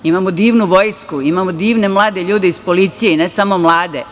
Imamo divnu vojsku, imamo divne mlade ljude iz policije, i ne samo mlade.